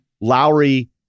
lowry